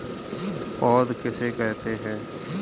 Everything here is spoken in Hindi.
पौध किसे कहते हैं?